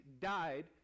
died